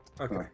Okay